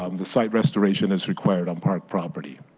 um the site restoration is required on park property.